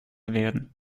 werden